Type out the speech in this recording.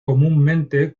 comúnmente